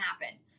happen